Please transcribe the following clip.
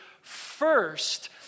first